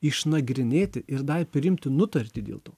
išnagrinėti ir dar priimti nutartį dėl to